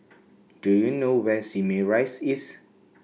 Do YOU know Where Simei Rise IS